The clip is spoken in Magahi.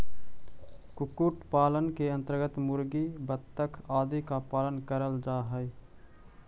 कुक्कुट पालन के अन्तर्गत मुर्गी, बतख आदि का पालन करल जा हई